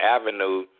Avenue